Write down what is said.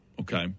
okay